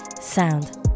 sound